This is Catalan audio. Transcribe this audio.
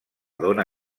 dona